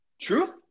Truth